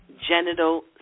genital